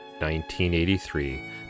1983